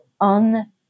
on